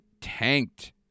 tanked